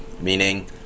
meaning